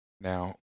Now